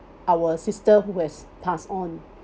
our sister who has passed on